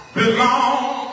belong